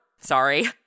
sorry